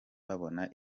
babona